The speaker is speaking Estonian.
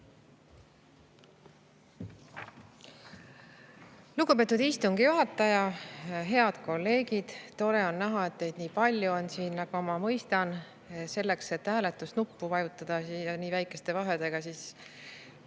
Lugupeetud istungi juhataja! Head kolleegid! Tore on näha, et teid nii palju on siin, aga ma mõistan: selleks et hääletusnuppu vajutada nii väikeste vahedega,